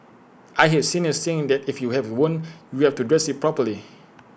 I heard seniors saying that if you have A wound you have to dress IT properly